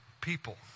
people